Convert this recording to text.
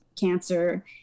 cancer